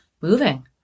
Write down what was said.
moving